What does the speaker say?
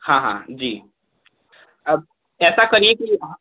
हाँ हाँ जी आप ऐसा करिए कि हाँ